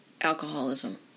alcoholism